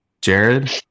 Jared